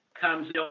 comes